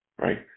right